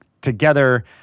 together